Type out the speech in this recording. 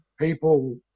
People